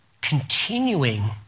continuing